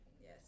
Yes